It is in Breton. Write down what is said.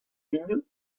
mignon